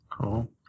cool